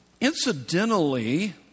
Incidentally